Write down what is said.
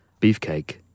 beefcake